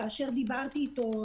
כאשר דיברת אתו,